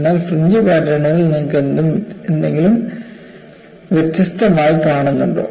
എന്നാൽ ഫ്രിഞ്ച് പാറ്റേണുകളിൽ നിങ്ങൾ എന്തെങ്കിലും വ്യത്യസ്തമായി കാണുന്നുണ്ടോ